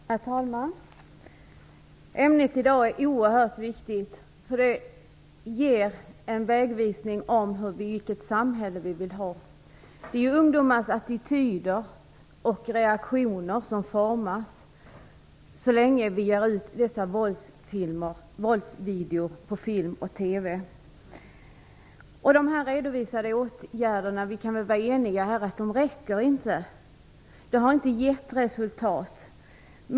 Herr talman! Ämnet i dag är oerhört viktigt, för det ger en vägvisning om vilket samhälle vi vill ha. Ungdomars attityder och reaktioner formas ju så länge vi ger ut dessa våldsfilmer och våldsvideor på film och TV. Vi kan vara eniga om att de här redovisade åtgärderna inte räcker. De har inte gett resultat.